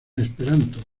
esperanto